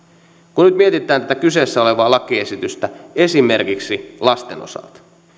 kun nyt mietitään tätä kyseessä olevaa lakiesitystä esimerkiksi lasten osalta